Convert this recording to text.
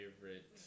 favorite